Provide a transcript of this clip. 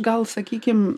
gal sakykim